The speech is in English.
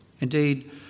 Indeed